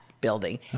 building